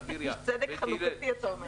בירייה,